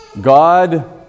God